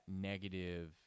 negative